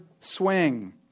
swing